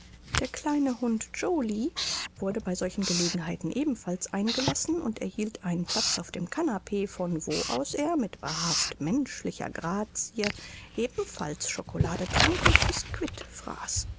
der kleine hund joly wurde bei solchen gelegenheiten ebenfalls eingelassen und erhielt einen platz auf dem kanapee von wo aus er mit wahrhaft menschlicher grazie ebenfalls chocolade trank und bisquit